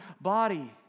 body